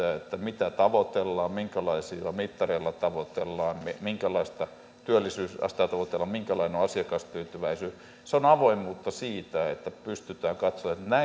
mitä tavoitellaan minkälaisilla mittareilla tavoitellaan minkälaista työllisyysastetta tavoitellaan minkälainen on asiakastyytyväisyys niin se on avoimuutta siten että pystytään katsomaan että